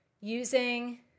using